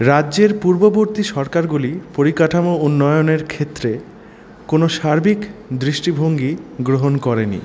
রাজ্যের পূর্ববর্তী সরকারগুলি পরিকাঠামো উন্নয়নের ক্ষেত্রে কোনো সার্বিক দৃষ্টিভঙ্গি গ্রহণ করেনি